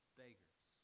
beggars